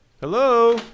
Hello